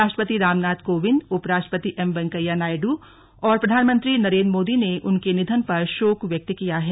राष्ट्रपति रामनाथ कोविंद उपराष्ट्रपति एम वैकेइया नायडू और प्रधानमंत्री नरेंद्र मोदी ने उनक निधन पर शोक व्यक्त किया है